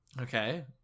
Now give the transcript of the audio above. Okay